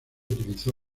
utilizó